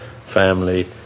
family